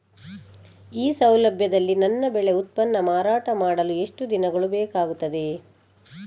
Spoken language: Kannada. ಈ ಸೌಲಭ್ಯದಲ್ಲಿ ನನ್ನ ಬೆಳೆ ಉತ್ಪನ್ನ ಮಾರಾಟ ಮಾಡಲು ಎಷ್ಟು ದಿನಗಳು ಬೇಕಾಗುತ್ತದೆ?